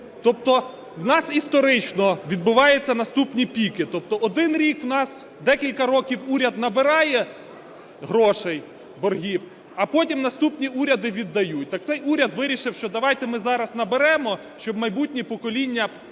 Тобто у нас історично відбуваються наступні піки. Тобто один рік у нас декілька років набирає грошей, боргів, а потім наступні уряди віддають. Так цей уряд вирішив, що давайте ми зараз наберемо, щоб майбутні покоління